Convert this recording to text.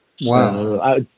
Wow